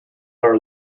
are